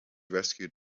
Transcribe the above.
rescued